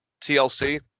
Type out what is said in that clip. TLC